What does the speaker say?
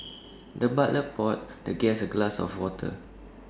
the butler poured the guest A glass of water